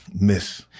miss